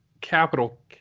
capital